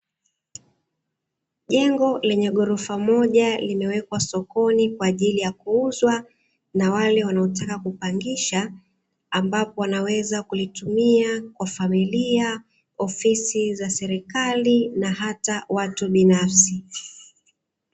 Jengo lenye ghorofa moja limewekwa sokoni kwa ajili ya kuuzwa, na wale wanaotaka kupangisha ambapo wanaweza kulitumia kwa familia, ofisi za serikali na hata watu binafsi.